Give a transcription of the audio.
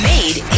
Made